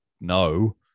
no